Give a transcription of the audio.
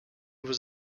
was